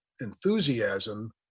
enthusiasm